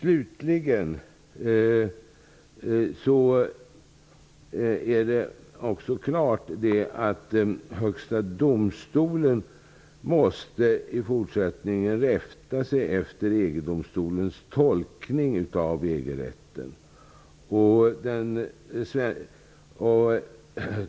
Det är också klart att Högsta domstolen i fortsättningen måste rätta sig efter EG-domstolens tolkning av EG-rätten.